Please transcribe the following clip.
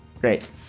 Great